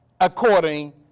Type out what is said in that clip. according